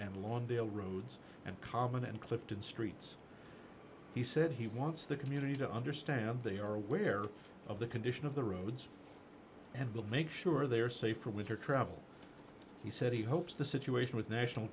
and lawndale roads and common and clifton streets he said he wants the community to understand they are aware of the condition of the roads and will make sure they are safe for winter travel he said he hopes the situation with national